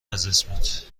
اسمت